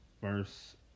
Verse